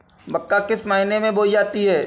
मक्का किस महीने में बोई जाती है?